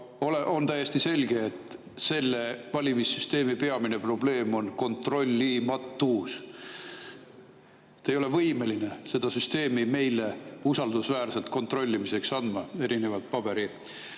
On täiesti selge, et selle valimissüsteemi peamine probleem on kontrollimatus. Te ei ole võimeline seda süsteemi meile usaldusväärselt kontrollimiseks andma, erinevalt paberil